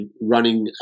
running